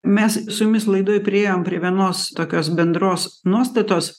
mes su jumis laidoj priėjom prie vienos tokios bendros nuostatos